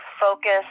focus